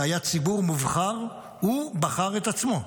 זה היה ציבור מובחר, הוא בחר את עצמו.